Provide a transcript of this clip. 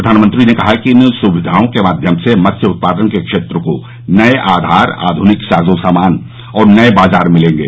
प्रधानमंत्री ने कहा कि इन सुविधाओं के माध्यम से मत्स्य उत्पादन के क्षेत्र को नये आधार आधुनिक साजो सामान और नये बाजार मिलेंगे